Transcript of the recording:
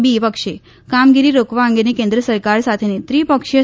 બી પક્ષે કામગીરી રોકવા અંગેની કેન્દ્ર સરકાર સાથેની ત્રિપક્ષીય